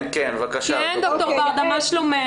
כן, כן, ד"ר ברדה, מה שלומך?